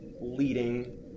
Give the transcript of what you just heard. leading